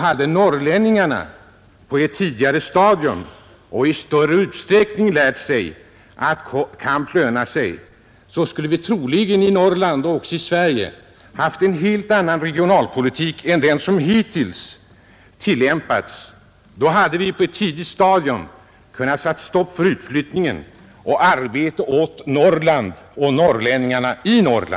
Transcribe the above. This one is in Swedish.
Hade norrlänningarna på ett tidigare stadium och i större utsträckning lärt sig att kamp lönade sig, skulle vi troligen i Norrland — och även i övriga delar av Sverige — ha haft en helt annan regionalpolitik än den som hittills förts. Då hade vi på ett tidigt stadium kunna sätta stopp för utflyttningen och ge arbete i Norrland åt norrlänningarna.